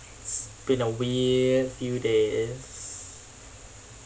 it's been a weird few days